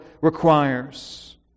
requires